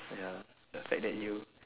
ya just like that you